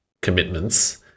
commitments